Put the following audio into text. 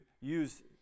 use